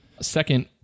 Second